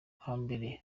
hambere